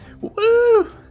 Woo